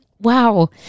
Wow